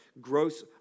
gross